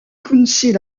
council